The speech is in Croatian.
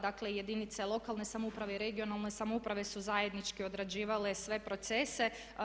Dakle, jedinice lokalne samouprave i regionalne samouprave su zajednički odrađivale sve procese.